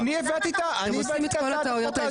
הם עושים את כל הטעויות האפשריות.